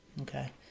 Okay